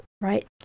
right